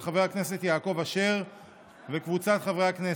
של חבר הכנסת יעקב אשר וקבוצת חברי הכנסת,